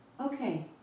Okay